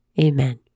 Amen